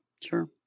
Sure